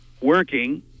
working